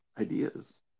ideas